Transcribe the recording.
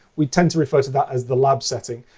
we tend to refer to that as the lab setting.